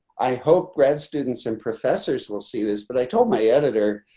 i hope grad students and professors will see this but i told my editor,